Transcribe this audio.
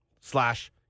slash